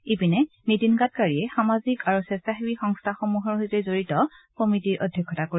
ইপিনে নীতিন গাডকাৰীয়ে সামাজিক আৰু স্বেছাসেৱী সংস্থাসমূহৰ সৈতে জড়িত কমিটীৰ অধ্যক্ষতা কৰিব